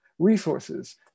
resources